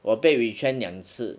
我被 retrench 两次